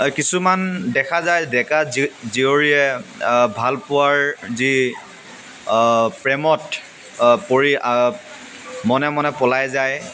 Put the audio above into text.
কিছুমান দেখা যায় ডেকা জী জীয়ৰীয়ে ভাল পোৱাৰ যি প্ৰেমত পৰি মনে মনে পলাই যায়